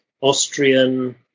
Austrian